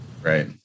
Right